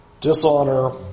Dishonor